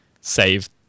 save